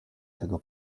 tego